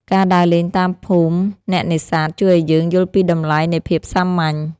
ការដើរលេងតាមភូមិអ្នកនេសាទ ជួយឱ្យយើងយល់ពីតម្លៃនៃភាពសាមញ្ញ។